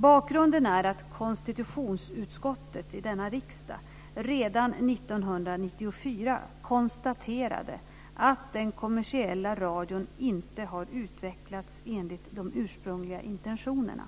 Bakgrunden är att konstitutionsutskottet i denna riksdag redan 1994 konstaterade att den kommersiella radion inte har utvecklats enligt de ursprungliga intentionerna.